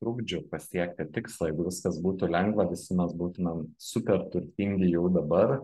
trukdžių pasiekti tikslą jeigu viskas būtų lengva visi mes būtumėm super turtingi jau dabar